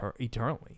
eternally